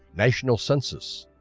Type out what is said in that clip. national census,